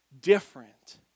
different